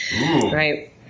Right